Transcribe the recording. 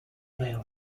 male